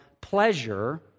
pleasure